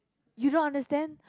you don't understand